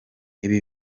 ibi